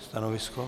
Stanovisko?